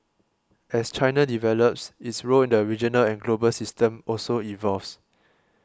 as China develops its role in the regional and global system also evolves